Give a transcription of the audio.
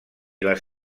les